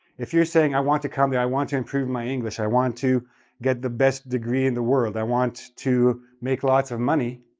if you're saying, i want to come there, i want to improve my english, i want to get the best degree in the world, i want to make lots of money,